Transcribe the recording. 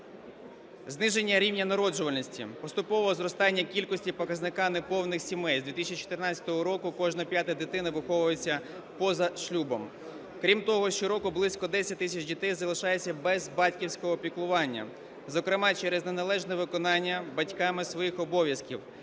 зниження рівня народжуваності, поступове зростання кількості показника неповних сімей (з 2014 року кожна п'ята дитина виховується поза шлюбом). Крім того, щороку близько 10 тисяч дітей залишаються без батьківського піклування, зокрема, через неналежне виконання батьками своїх обов'язків: